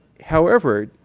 however,